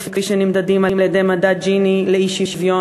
כפי שהם נמדדים על-ידי מדד ג'יני לאי-שוויון,